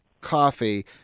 coffee